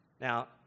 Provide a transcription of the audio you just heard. Now